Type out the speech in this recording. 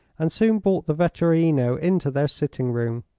and soon brought the vetturino into their sitting room.